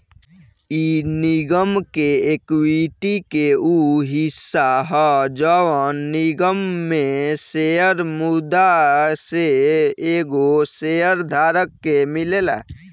इ निगम के एक्विटी के उ हिस्सा ह जवन निगम में शेयर मुद्दा से एगो शेयर धारक के मिलेला